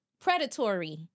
Predatory